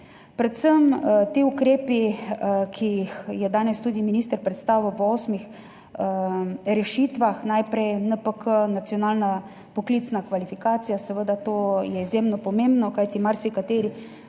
Predvsem ti ukrepi, ki jih je danes tudi minister predstavil v osmih rešitvah, najprej NPK, nacionalna poklicna kvalifikacija – seveda je to izjemno pomembno, kajti marsikateri,